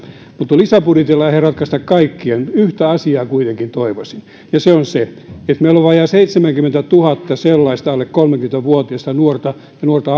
mutta lisäbudjetilla ei ratkaista kaikkea yhtä asiaa kuitenkin toivoisin ja se on se että kun meillä on vajaa seitsemänkymmentätuhatta sellaista alle kolmekymmentä vuotiasta nuorta ja nuorta